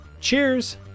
cheers